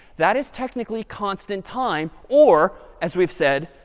that is technically constant time or, as we've said,